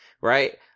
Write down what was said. right